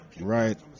right